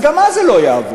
אז גם אז זה לא יעבור.